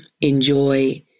enjoy